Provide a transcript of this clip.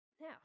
Now